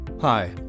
Hi